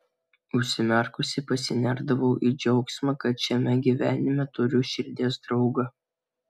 užsimerkusi pasinerdavau į džiaugsmą kad šiame gyvenime turiu širdies draugą